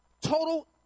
total